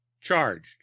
charged